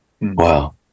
Wow